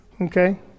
Okay